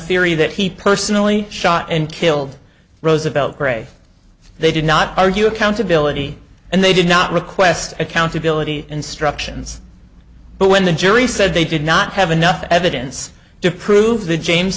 theory that he personally shot and killed roosevelt gray they did not argue accountability and they did not request accountability instructions but when the jury said they did not have enough evidence to prove the james